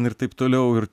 ir taip toliau ir